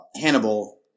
Hannibal